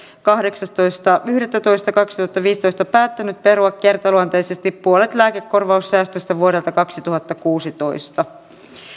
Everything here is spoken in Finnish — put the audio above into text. kahdeksastoista yhdettätoista kaksituhattaviisitoista päättänyt perua kertaluonteisesti puolet lääkekorvaussäästöistä vuodelta kaksituhattakuusitoista